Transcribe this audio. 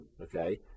okay